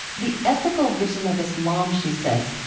the ethical vision of islam, she says,